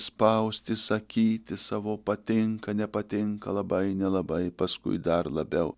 spausti sakyti savo patinka nepatinka labai nelabai paskui dar labiau